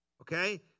Okay